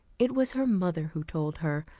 it was her mother who told her,